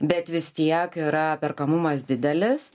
bet vis tiek yra perkamumas didelis